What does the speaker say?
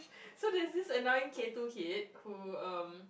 so there is this annoying K two kid who um